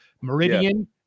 Meridian